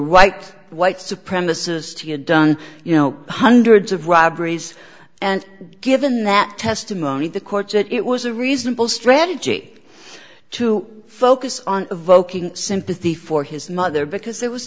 white white supremacist he had done you know hundreds of robberies and given that testimony the court said it was a reasonable strategy to focus on evoking sympathy for his mother because there was